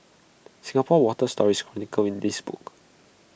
Singapore's water story is chronicled in this book